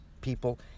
people